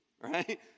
right